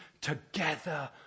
together